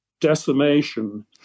decimation